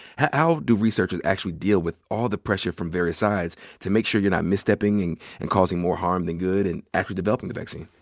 how do researchers actually deal with all the pressure from various sides to make sure you're not mistepping and causing more harm than good, and actually developing vaccine?